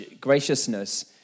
graciousness